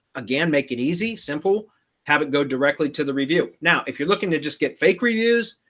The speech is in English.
again, make it easy, simple habit go directly to the review. now if you're looking to just get fake reviews.